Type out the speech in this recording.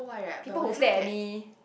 people who stare at me